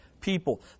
people